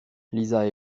lisa